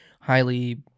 highly